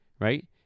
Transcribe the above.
right